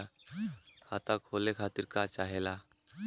खाता खोले खातीर का चाहे ला?